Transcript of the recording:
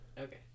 Okay